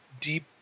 deep